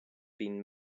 been